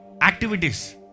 activities